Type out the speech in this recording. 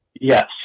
Yes